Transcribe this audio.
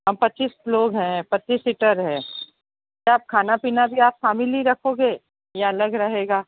हम पच्चीस लोग हैं पच्चीस सीटर है क्या आप खाना पीना भी शामिल ही रखोगे या अलग रहेगा